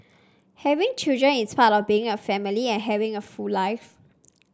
having children is part of being a family and having a full life